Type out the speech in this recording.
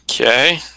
Okay